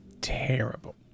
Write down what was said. terrible